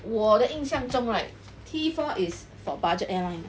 我的印象中 right T four is for budget airline